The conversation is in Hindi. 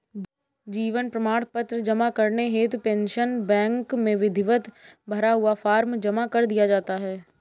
जीवन प्रमाण पत्र जमा करने हेतु पेंशन बैंक में विधिवत भरा हुआ फॉर्म जमा कर दिया जाता है